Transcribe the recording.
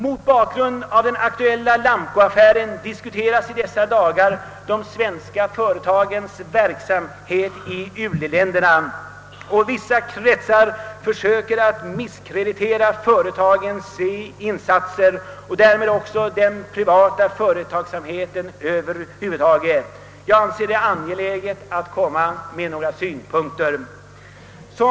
Mot bakgrunden av den aktuella Lamcoaffären diskuteras i dessa dagar de svenska företagens verksamhet i u-länderna. Eftersom vissa kretsar försöker misskreditera dessa företags insatser i u-länderna och därmed även den privata företagsamheten över huvud taget, anser jag det angeläget att anlägga några synpunkter på denna fråga.